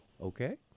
Okay